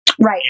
Right